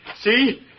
See